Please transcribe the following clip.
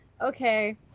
okay